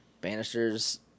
banisters